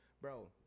bro